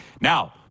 Now